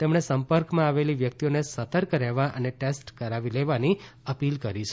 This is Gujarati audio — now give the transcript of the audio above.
તેમણે સંપર્કમાં આવેલી વ્યકિતઓને સતર્ક રહેવા અને ટેસ્ટ કરાવી લેવાની અપીલ કરી છે